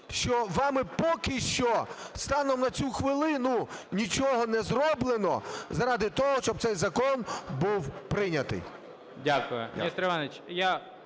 що вами поки що станом на цю хвилину нічого не зроблено заради того, щоб цей закон був прийнятий. ГОЛОВУЮЧИЙ. Дякую.